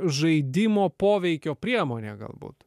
žaidimo poveikio priemonė galbūt